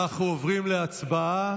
אנחנו עוברים להצבעה.